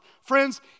Friends